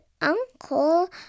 uncle